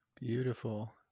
beautiful